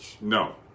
no